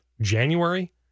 January